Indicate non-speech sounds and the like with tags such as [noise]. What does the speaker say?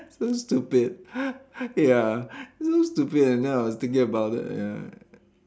so stupid [laughs] ya [laughs] so stupid and then I was thinking about it ya